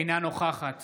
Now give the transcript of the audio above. אינה נוכחת